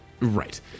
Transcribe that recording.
Right